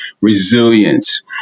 resilience